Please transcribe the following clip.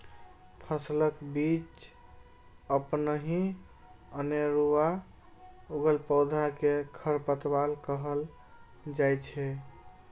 फसलक बीच अपनहि अनेरुआ उगल पौधा कें खरपतवार कहल जाइ छै